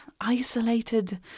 isolated